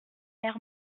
air